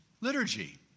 liturgy